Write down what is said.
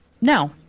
No